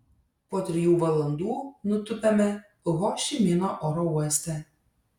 po trijų valandų nutupiame ho ši mino oro uoste